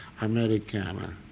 Americana